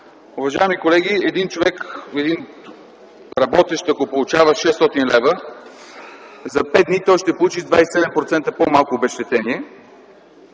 Уважаеми колеги, един работещ, ако получава 600 лв., за пет дни той ще получи 27% по-малко обезщетение,